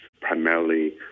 primarily